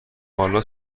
حالا